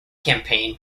campaign